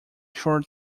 short